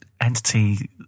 entity